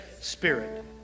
spirit